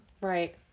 Right